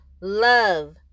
love